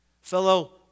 Fellow